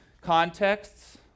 contexts